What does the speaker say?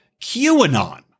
QAnon